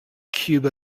cube